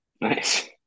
Nice